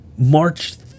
March